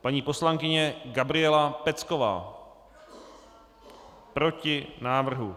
Paní poslankyně Gabriela Pecková: Proti návrhu.